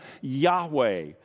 Yahweh